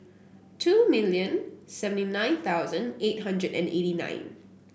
two million seventy nine thousand eight hundred and eighty nine